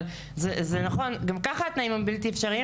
אבל גם ככה התנאים הם בלתי-אפשריים